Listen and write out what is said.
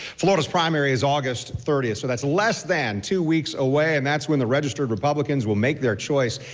florida's primary is august thirtieth, but that's less than two weeks away, and that's when the registered republicans will make their choice.